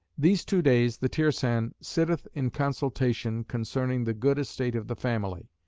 these two days the tirsan sitteth in consultation concerning the good estate of the family.